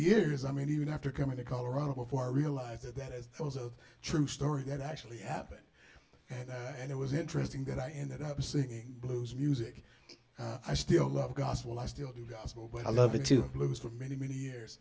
years i mean even after coming to colorado before i realized that that is i was a true story that actually happened and it was interesting that i ended up singing blues music i still love gospel i still do gospel but i love into the lives of many many years